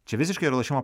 čia visiškai yra lošimo